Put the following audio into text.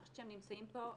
אני חושבת שהם נמצאים פה.